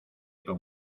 con